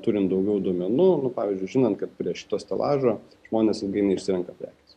turint daugiau duomenų nu pavyzdžiui žinant kad prie šito stelažo žmonės ilgai neišsirenka prekės